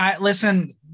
listen